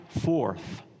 fourth